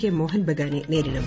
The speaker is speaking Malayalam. കെ മോഹൻ ബഗാനെ നേരിടും